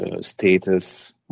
status